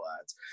ads